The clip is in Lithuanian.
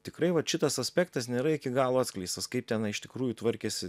tikrai vat šitas aspektas nėra iki galo atskleistas kaip tenai iš tikrųjų tvarkėsi